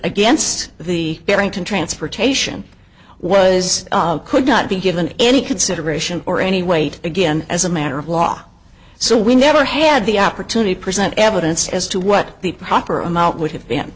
against the barrington transportation was could not be given any consideration or any weight again as a matter of law so we never had the opportunity to present evidence as to what the proper amount w